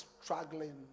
struggling